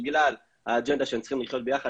בגלל האג'נדה שהם צריכים לחיות ביחד,